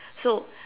so